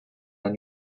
and